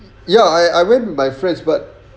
ya I I went with my friends but